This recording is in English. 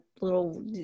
little